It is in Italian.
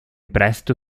presto